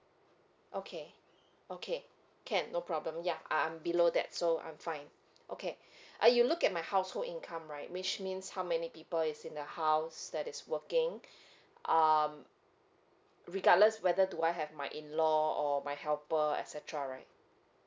okay okay can no problem ya I'm I'm below that so I'm fine okay ah you look at my household income right which means how many people is in the house that is working um regardless whether do I have my in law or my helper etcetera right